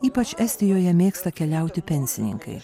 ypač estijoje mėgsta keliauti pensininkai